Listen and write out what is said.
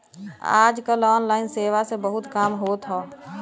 आज कल ऑनलाइन सेवा से बहुत काम होत हौ